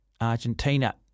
Argentina